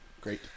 Great